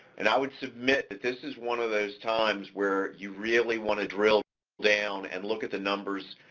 and i would submit that this is one of those times where you really want to drill down and look at the numbers